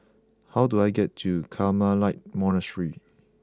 how do I get to Carmelite Monastery